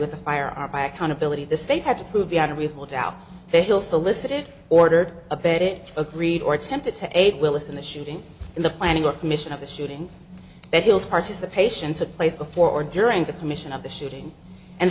with a firearm by accountability the state had to prove beyond a reasonable doubt they feel solicited ordered a bit agreed or attempted to aid willis in the shooting in the planning or commission of the shootings that heals participation took place before or during the commission of the shooting and